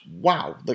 Wow